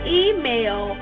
email